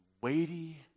weighty